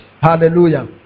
Hallelujah